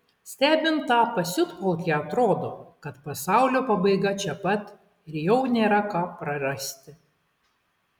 stebint tą pasiutpolkę atrodo kad pasaulio pabaiga čia pat ir jau nėra ką prarasti